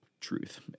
truth